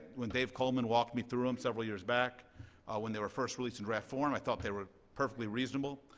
when dave coleman walked me through them um several years back when they were first released in draft form i thought they were perfectly reasonable.